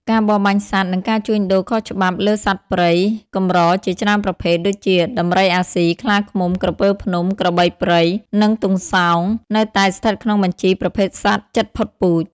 ការបរបាញ់សត្វ និងការជួញដូរខុសច្បាប់លើសត្វព្រៃកម្រជាច្រើនប្រភេទ ដូចជា ដំរីអាស៊ី ខ្លាឃ្មុំ ក្រពើភ្នំ ក្របីព្រៃ និងទន្សោង នៅតែស្ថិតក្នុងបញ្ជីប្រភេទសត្វជិតផុតពូជ។